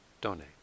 donate